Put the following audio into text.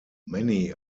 many